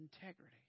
integrity